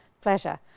Pleasure